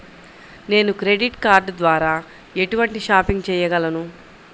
నేను credit card ద్వార ఎటువంటి షాపింగ్ చెయ్యగలను?